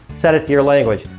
set it to your language.